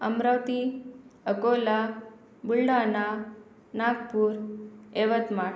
Amravati Akola Buldhana Nagpur Yavatmal